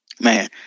Man